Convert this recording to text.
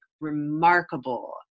remarkable